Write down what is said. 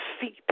feet